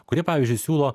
kurie pavyzdžiui siūlo